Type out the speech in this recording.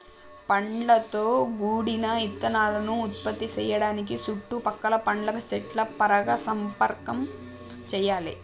పండ్లతో గూడిన ఇత్తనాలను ఉత్పత్తి సేయడానికి సుట్టు పక్కల పండ్ల సెట్ల పరాగ సంపర్కం చెయ్యాలే